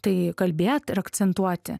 tai kalbėt ir akcentuoti